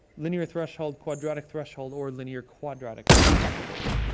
linear threshold quadratic threshold or linear quadratic threshold,